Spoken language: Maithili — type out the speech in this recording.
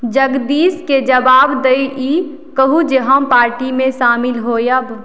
जगदीशकेँ जवाब दैत ई कहु जे हम पार्टी मे शामिल होयब